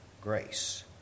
grace